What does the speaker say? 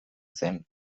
zen